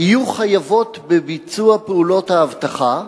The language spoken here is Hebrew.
יהיו חייבות בביצוע פעולות האבטחה,